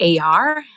AR